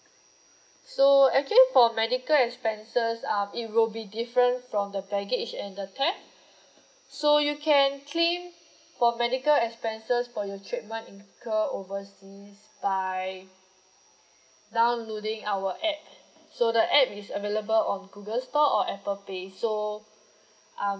so actually for medical expenses um it will be different from the baggage and the theft so you can claim for medical expenses for your treatment incur overseas by downloading our app so the app is available on google store or apple play so um